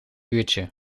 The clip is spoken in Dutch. uurtje